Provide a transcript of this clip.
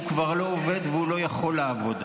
הוא כבר לא עובד והוא לא יכול לעבוד.